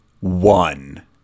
one